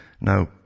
Now